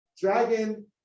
Dragon